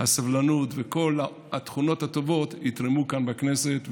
הסבלנות וכל התכונות הטובות יתרמו כאן בכנסת,